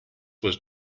was